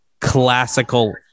classical